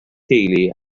theulu